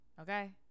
okay